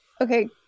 Okay